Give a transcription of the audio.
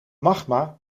magma